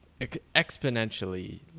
exponentially